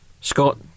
Scott